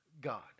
God